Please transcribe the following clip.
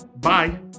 Bye